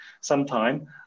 sometime